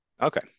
Okay